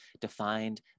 defined